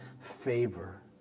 favor